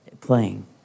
playing